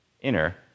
inner